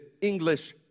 English